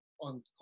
on